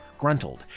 Gruntled